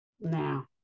Now